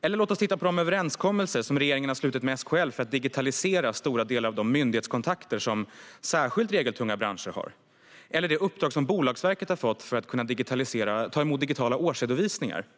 Vidare har vi de överenskommelser som regeringen har slutit med SKL för att digitalisera stora delar av de myndighetskontakter som särskilt regeltunga branscher har. Bolagsverket har också fått ett uppdrag för att kunna ta emot årsredovisningar digitalt.